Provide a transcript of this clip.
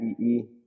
E-E